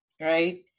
Right